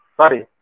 sorry